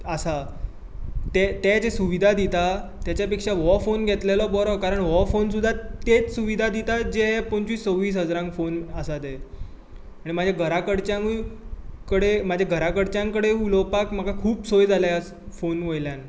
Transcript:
आसात ते ते जे सुविधा दितात तेच्या पेक्षां हो फॉन घेतलेलो बरो कारण हो फॉन सुद्दां तेच सुविधा दिता जे पंचवीस सव्वीस हजारांक फॉन आसात ते आनी म्हज्या घरा कडच्यानूय कडे म्हाज्या घरच्यां कडेन उलोवपाक म्हाका खूब सवय जाल्या फॉन वयल्यान